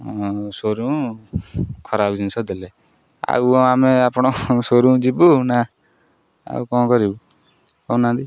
showroom ଖରାପ ଜିନିଷ ଦେଲେ ଆଉ କ'ଣ ଆମେ ଆପଣଙ୍କ ସୋରୁମ୍ ଯିବୁ ନା ଆଉ କ'ଣ କରିବୁ କହୁନାହାଁନ୍ତି